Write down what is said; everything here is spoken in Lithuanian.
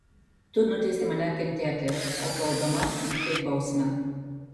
tu nuteisei mane kentėti o toldama vykdei bausmę